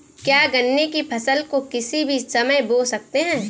क्या गन्ने की फसल को किसी भी समय बो सकते हैं?